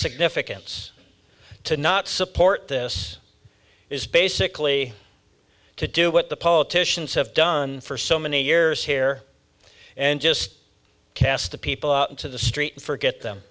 significance to not support this is basically to do what the politicians have done for so many years here and just cast the people out into the street forget them